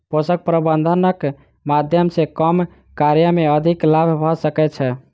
पोषक प्रबंधनक माध्यम सॅ कम कार्य मे अधिक लाभ भ सकै छै